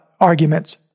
arguments